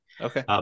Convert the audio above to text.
Okay